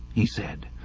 he said.